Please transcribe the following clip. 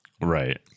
right